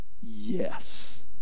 Yes